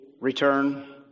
return